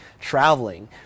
traveling